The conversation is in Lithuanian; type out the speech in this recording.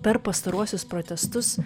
per pastaruosius protestus